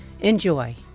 Enjoy